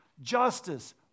justice